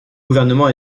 gouvernement